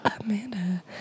Amanda